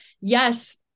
yes